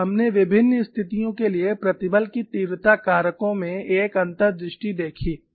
तब हमने विभिन्न स्थितियों के लिए प्रतिबल की तीव्रता कारकों में एक अंतर्दृष्टि देखी